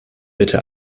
bitte